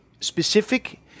specific